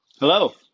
Hello